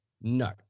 No